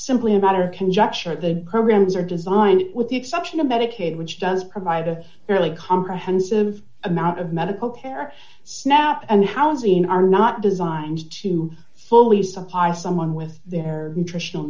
simply a matter of conjecture the programs are designed with the exception of medicaid which does provide a fairly comprehensive amount of medical care snout and housing are not designed to fully supply someone with their nutritional